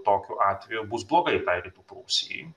tokiu atveju bus blogai tai rytų prūsijai